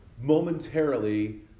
momentarily